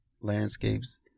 landscapes